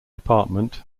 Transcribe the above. apartment